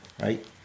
right